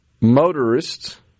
motorists